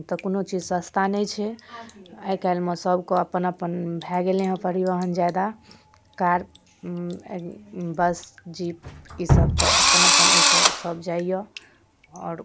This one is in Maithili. तऽ कोनो चीज सस्ता नहि छै आइकाल्हिमे सभके अपन अपन भऽ गेलै हँ परिवहन जादा कार बस जीप ईसब तऽ अपन अपन एहिसँ सभ जाइए आओर